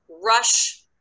rush